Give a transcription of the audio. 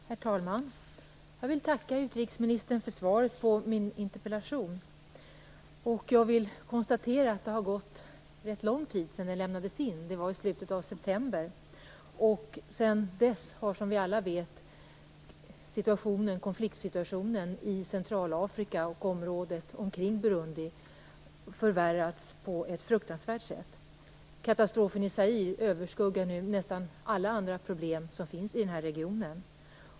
Herr talman! Jag vill tacka utrikesministern för svaret på min interpellation, och jag vill konstatera att det har gått rätt lång tid sedan den lämnades in. Det var i slutet av september. Sedan dess har, som vi alla vet, konfliktsituationen i Centralafrika och området omkring Burundi förvärrats på ett fruktanvärt sätt. Katastrofen i Zaire överskuggar nu nästan alla andra problem som finns i den här regionen.